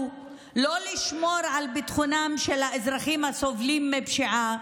לשמור על ביטחונם של האזרחים הסובלים מפשיעה.